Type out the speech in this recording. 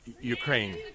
Ukraine